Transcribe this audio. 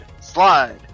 slide